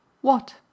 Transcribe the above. what